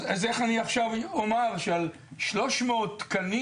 אז איך אני עכשיו אומר שעל 300 תקנים